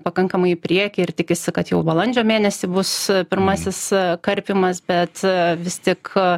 pakankamai į priekį ir tikisi kad jau balandžio mėnesį bus pirmasis karpymas bet vis tik